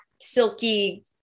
silky